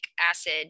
acid